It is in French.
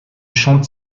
chante